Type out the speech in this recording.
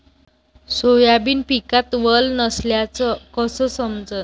Soybean पिकात वल नसल्याचं कस समजन?